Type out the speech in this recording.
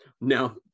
now